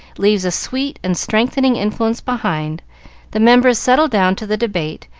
leaves a sweet and strengthening influence behind the members settled down to the debate,